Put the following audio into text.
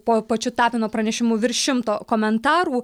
po pačiu tapino pranešimų virš šimto komentarų